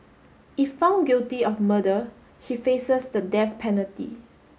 if found guilty of murder she faces the death penalty